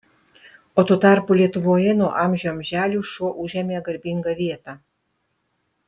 o tuo tarpu lietuvoje nuo amžių amželių šuo užėmė garbingą vietą